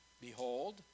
Behold